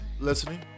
Listening